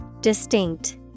distinct